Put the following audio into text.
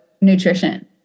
nutrition